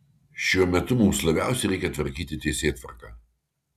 šiuo metu mums labiausiai reikia tvarkyti teisėtvarką